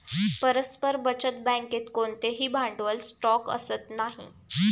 परस्पर बचत बँकेत कोणतेही भांडवल स्टॉक असत नाही